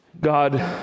God